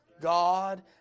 God